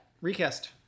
recast